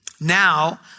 Now